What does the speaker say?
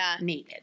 needed